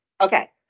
Okay